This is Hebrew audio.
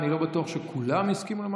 תסכיתי.